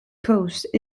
coast